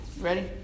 ready